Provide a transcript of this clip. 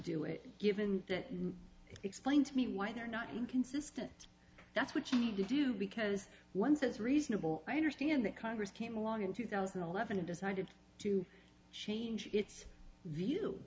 do it given that explain to me why they're not inconsistent that's what you need to do because once it's reasonable i understand that congress came along in two thousand and eleven and decided to change its view